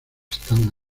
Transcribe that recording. stand